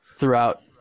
Throughout